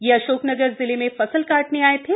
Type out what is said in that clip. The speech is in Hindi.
ये अशोकनगर जिले में फसल काटने आए थे